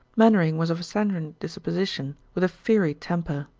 mainwaring was of a sanguine disposition, with fiery temper.